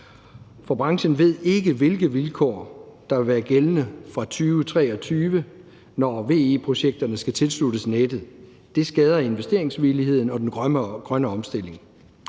For branchen ved ikke, hvilke vilkår der vil være gældende fra 2023, når VE-projekterne skal tilsluttes nettet. Det skader investeringsvilligheden og den grønne omstilling.